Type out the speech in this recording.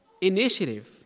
initiative